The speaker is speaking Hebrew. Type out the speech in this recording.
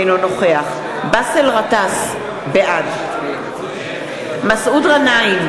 אינו נוכח באסל גטאס, בעד מסעוד גנאים,